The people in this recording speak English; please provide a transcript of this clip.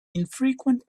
infrequent